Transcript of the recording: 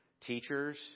Teachers